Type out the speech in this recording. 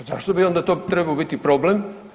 A zašto bi onda to trebao biti problem.